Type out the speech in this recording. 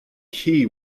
key